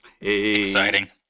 Exciting